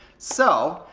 so,